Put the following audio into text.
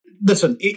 Listen